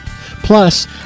Plus